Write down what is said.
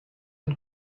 and